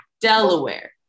Delaware